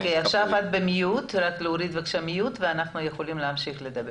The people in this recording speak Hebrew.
לא הספקתי לשמוע שום דבר וזה לא תקין.